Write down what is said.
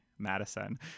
madison